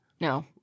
No